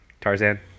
Tarzan